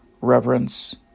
reverence